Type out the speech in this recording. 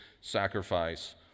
sacrifice